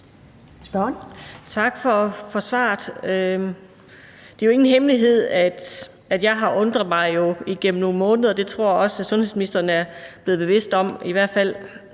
Tak for svaret. Det er jo ingen hemmelighed, at jeg har undret mig igennem nogle måneder. Det tror jeg også sundhedsministeren er blevet bevidst om.